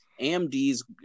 AMD's